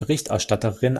berichterstatterin